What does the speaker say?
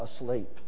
asleep